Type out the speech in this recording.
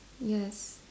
yes